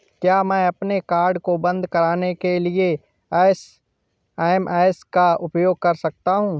क्या मैं अपने कार्ड को बंद कराने के लिए एस.एम.एस का उपयोग कर सकता हूँ?